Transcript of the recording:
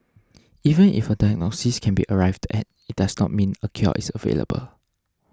even if a diagnosis can be arrived at it does not mean a cure is available